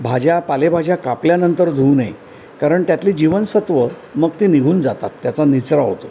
भाज्या पालेभाज्या कापल्यानंतर धुवू नये कारण त्यातली जीवनसत्व मग ते निघून जातात त्याचा निचरा होतो